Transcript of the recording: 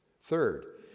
Third